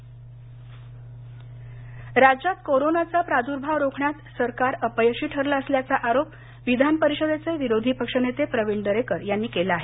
दरेकर राज्यात कोरोनाचा प्रादूर्भाव रोखण्यात सरकार अपयशी ठरलं असल्याचा आरोप विधान परिषदेचे विरोधी पक्षनेते प्रवीण दरेकर यांनी केला आहे